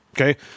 okay